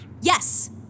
Yes